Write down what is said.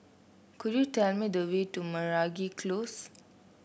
could you tell me the way to Meragi Close